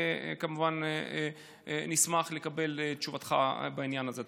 כמובן, נשמח לקבל את תשובתך בעניין הזה.